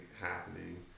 happening